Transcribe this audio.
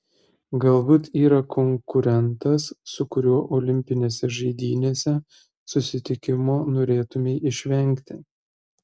galbūt yra konkurentas su kuriuo olimpinėse žaidynėse susitikimo norėtumei išvengti